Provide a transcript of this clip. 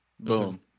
Boom